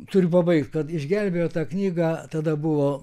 turiu pabaigt kad išgelbėjo tą knygą tada buvo